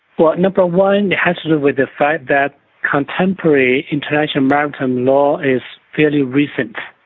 well, number one has to do with the fact that contemporary international maritime law is fairly recent.